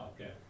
okay